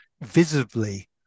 visibly